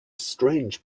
strange